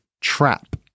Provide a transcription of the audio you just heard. Trap